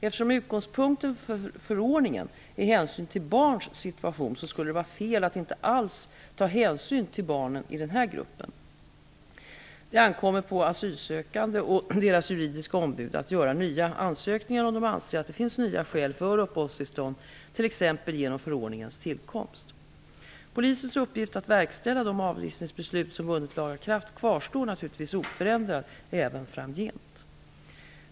Eftersom utgångspunkten för förordningen är hänsyn till barns situation, skulle det vara fel att inte alls ta hänsyn till barnen i denna grupp. Det ankommer på de asylsökande och deras juridiska ombud att göra nya ansökningar, om de anser att det finns nya skäl för uppehållstillstånd, t.ex. genom förordningens tillkomst. Polisens uppgift att verkställa de avvisningsbeslut som vunnit laga kraft kvarstår naturligtvis oförändrad även framgent.